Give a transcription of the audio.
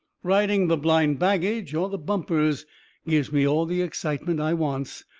riding the blind baggage or the bumpers gives me all the excitement i wants,